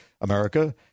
America